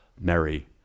Mary